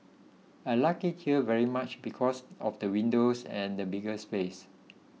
I like it here very much because of the windows and bigger space